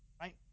Right